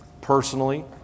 Personally